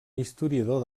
historiador